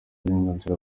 burenganzira